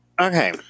Okay